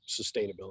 sustainability